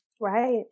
Right